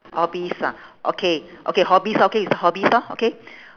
hobbies ah okay okay hobbies okay we start hobbies lor okay